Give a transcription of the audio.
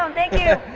um thank you.